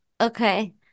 Okay